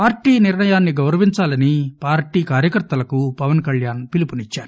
పార్టీనిర్ణయాన్ని గౌరవించాలనిపార్టీకార్యకర్తలకుపవన్కళ్యాణ్పిలుపునిచ్చారు